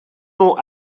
nom